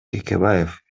текебаев